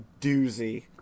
doozy